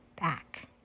back